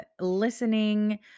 listening